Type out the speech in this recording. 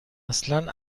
اصن